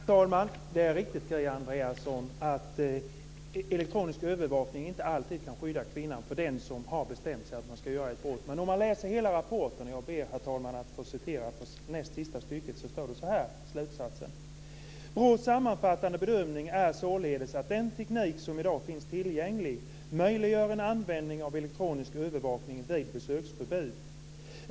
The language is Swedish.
Herr talman! Det är riktigt, Kia Andreasson, att elektronisk övervakning inte alltid kan skydda kvinnan mot den som har bestämt sig för att begå ett brott. Men om man läser hela rapporten, och jag ber, herr talman, att få återge näst sista stycket i slutsatserna ur BRÅ:s rapport. Där står det så här: Vår sammanfattande bedömning är således att den teknik som i dag finns tillgänglig möjliggör en användning av elektronisk övervakning vid besöksförbud.